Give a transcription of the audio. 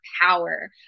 power